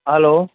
hello